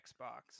xbox